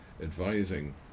advising